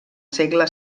segle